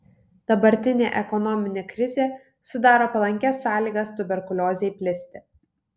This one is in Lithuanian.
dabartinė ekonominė krizė sudaro palankias sąlygas tuberkuliozei plisti